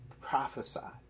prophesied